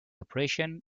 operation